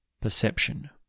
perception